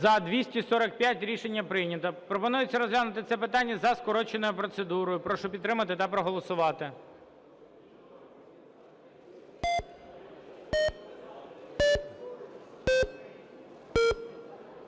За-245 Рішення прийнято. Пропонується розглянути це питання за скороченою процедурою. Прошу підтримати та проголовувати.